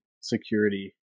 security